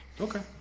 Okay